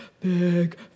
big